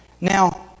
Now